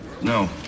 no